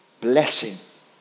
blessing